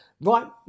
Right